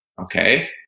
okay